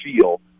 feel